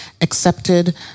accepted